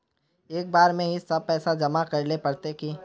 एक बार में ही सब पैसा जमा करले पड़ते की?